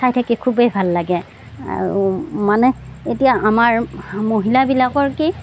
চাই থাকি খুবেই ভাল লাগে আৰু মানে এতিয়া আমাৰ মহিলাবিলাকৰ কি